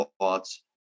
thoughts